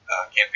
campaign